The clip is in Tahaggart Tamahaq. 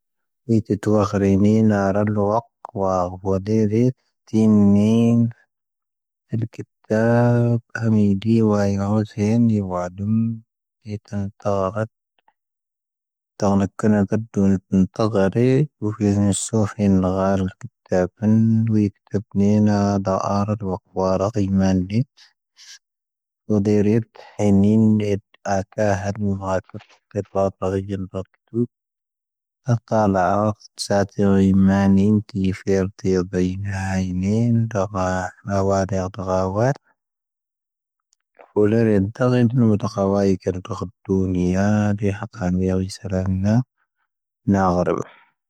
ʻⴰⵍāⵇ ʻⵙāⵜīⵡ ʻⵉⵎāⵏīⵏ ⵜī ⴼīⵔ ⵜīⵍ ⴱīⵏā'ⵉⵏīⵏ ʻⵔāⵡāⴷ ⴻ ⵔⴷⴳāⵡāⵜ. ʻⴼūⵍⴰⵔⴻ ʻⵉⵏⴷā'ⵉⵏ ʻⵏⵓⵎ ⵜāⵇⴰⵡā'ⵉ ⴽⴻⵔⴻ ʻⴳⴰⴷⴷūⵏīā ʻⴷⴻⵀāⵇāⵏ v'ⴻ ʻⵉⵙⴰⵔā'ⵉⵏā ʻⵏā'ⴰⵔⵉⴱ.